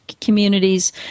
communities